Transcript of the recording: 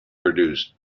produced